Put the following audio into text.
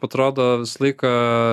atrodo visą laiką